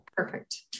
Perfect